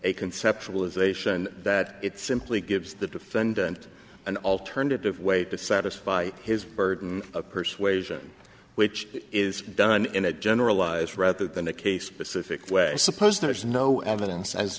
a conceptualization that it simply gives the defendant an alternative way to satisfy his burden of persuasion which is done in a generalized rather than a case specific way suppose there is no evidence as